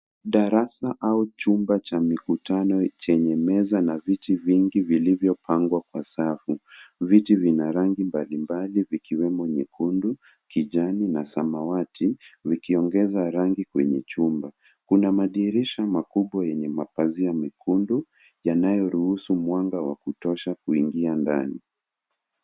Darasa au chumba cha mikutano chenye meza na viti vingi vilivyopangwa kwa safu. Viti vina rangi mbalimbali vikiwemo nyekundu , kijani na samawati vikiongeza rangi kwenye chumba. Kuna madirisha makubwa yenye mapazia mekundu yanayoruhusu mwanga wa kutosha kuingia ndani.